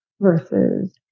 versus